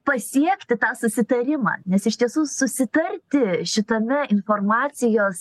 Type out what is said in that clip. pasiekti tą susitarimą nes iš tiesų susitarti šitame informacijos